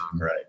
right